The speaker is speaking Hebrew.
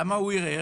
למה הוא ערער?